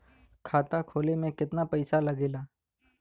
खाता खोले में कितना पईसा लगेला?